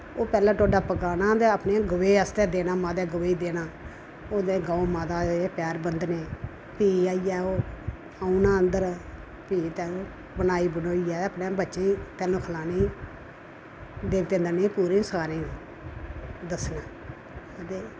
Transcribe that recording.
ओह् पैह्ला टोडा पकाना ते आपने गोवे आस्तै देना माता गोवे देना ते ओह्दे गो माता दे पैर बन्दने फ्ही जाइये ओह् औना अंदर फ्ही बनाई बनुइये आपने बच्चे तैल्लू जागते खलानी देवते दे पूरे दस्सना ते